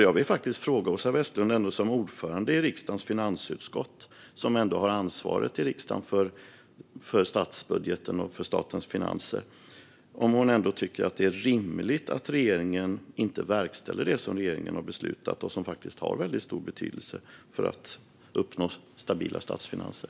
Jag vill fråga Åsa Westlund, som är ordförande i riksdagens finansutskott, som har ansvaret i riksdagen för statsbudgeten och statens finanser: Tycker hon att det är rimligt att regeringen inte verkställer det som riksdagen har beslutat och som har stor betydelse för att uppnå stabila statsfinanser?